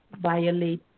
violate